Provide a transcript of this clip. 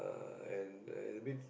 uh and it's a bit